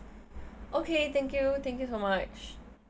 okay thank you thank you so much